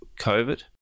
COVID